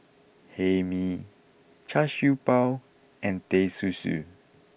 Hae Mee Char Siew Bao and Teh Susu